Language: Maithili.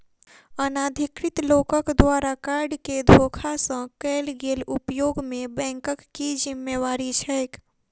अनाधिकृत लोकक द्वारा कार्ड केँ धोखा सँ कैल गेल उपयोग मे बैंकक की जिम्मेवारी छैक?